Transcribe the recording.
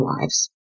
lives